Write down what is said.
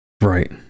Right